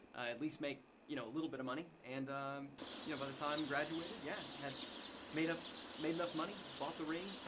at least make you know a little bit of money and um yeah by the time graduated, yeah had made ah made enough money, bought the ring,